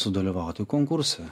sudalyvauti konkurse